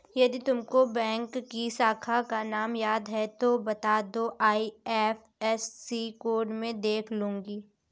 यदि तुमको बैंक की शाखा का नाम याद है तो वो बता दो, आई.एफ.एस.सी कोड में देख लूंगी